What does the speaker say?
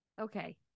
Okay